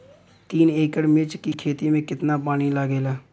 तीन एकड़ मिर्च की खेती में कितना पानी लागेला?